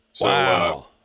Wow